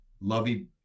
Lovey